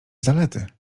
zalety